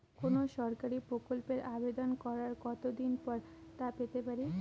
কোনো সরকারি প্রকল্পের আবেদন করার কত দিন পর তা পেতে পারি?